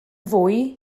fwy